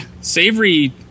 Savory